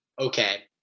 okay